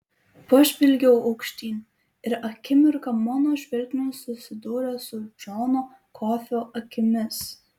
pažvelgiau aukštyn ir akimirką mano žvilgsnis susidūrė su džono kofio akimis